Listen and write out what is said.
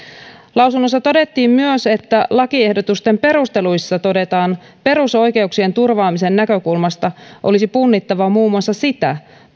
lausunnossa todettiin myös että lakiehdotusten perusteluissa todetaan että perusoikeuksien turvaamisen näkökulmasta olisi punnittava muun muassa sitä